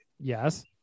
Yes